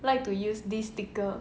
like to use this sticker